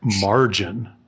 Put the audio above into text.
margin